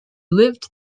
lived